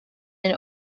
and